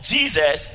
Jesus